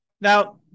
Now